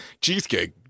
Cheesecake